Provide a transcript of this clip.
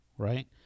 Right